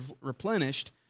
replenished